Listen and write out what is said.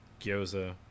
gyoza